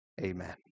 Amen